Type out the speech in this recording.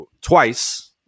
twice